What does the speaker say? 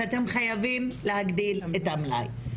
שאתם חייבים להגדיל את המלאי,